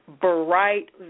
bright